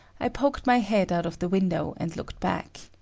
i poked my head out of the window and looked back.